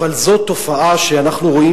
אבל זו תופעה שאנחנו רואים